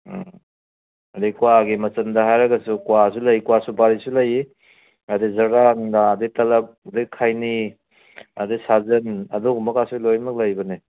ꯎꯝ ꯑꯗꯩ ꯀ꯭ꯋꯥꯒꯤ ꯃꯆꯜꯗ ꯍꯥꯏꯔꯒꯁꯨ ꯀ꯭ꯋꯥꯁꯨ ꯂꯩ ꯀ꯭ꯋꯥ ꯁꯨꯄꯥꯔꯤꯁꯨ ꯂꯩ ꯑꯗꯩ ꯖꯗ꯭ꯔꯥ ꯅꯨꯡꯗꯥ ꯑꯗꯩ ꯇꯂꯞ ꯑꯗꯩ ꯈꯩꯅꯤ ꯑꯗꯩ ꯁꯥꯖꯟ ꯑꯗꯨꯒꯨꯝꯕꯒꯥꯁꯨ ꯂꯣꯏꯃꯛ ꯂꯩꯕꯅꯦ